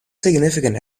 significant